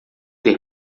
ter